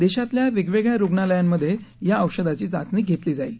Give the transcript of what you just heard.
देशातल्या वेगवेगळ्या रुग्णालयांमध्ये या औषधाची चाचणी घेतली जाईल